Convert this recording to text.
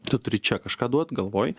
tu turi čia kažką duot galvoj